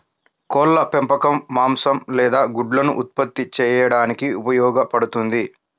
కోళ్ల పెంపకం మాంసం లేదా గుడ్లను ఉత్పత్తి చేయడానికి ఉపయోగపడుతుంది